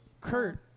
Kurt